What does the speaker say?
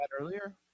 earlier